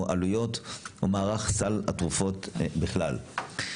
או העלויות או מערך סל התרופות בכלל.